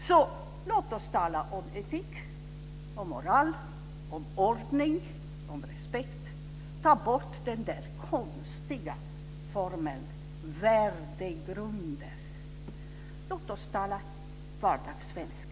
Så låt oss tala om etik, om moral, om ordning, om respekt. Ta bort det konstiga ordet värdegrunder. Låt oss tala vardagssvenska!